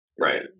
Right